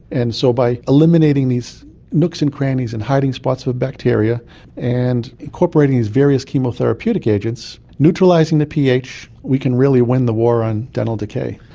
and so by eliminating these nooks and crannies and hiding spots for bacteria and incorporating these various chemotherapeutic agents, neutralising the ph, we can really win the war on dental decay.